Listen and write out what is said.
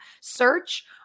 search